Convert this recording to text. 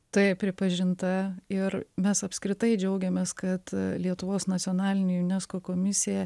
taip pripažinta ir mes apskritai džiaugiamės kad lietuvos nacionalinė unesco komisija